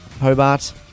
Hobart